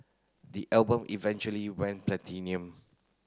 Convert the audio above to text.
the album eventually went platinum